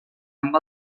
amb